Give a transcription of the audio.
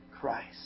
Christ